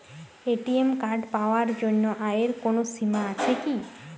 ATM card পাওয়ার জন্য আয়ের কোনো সীমা আছে কি?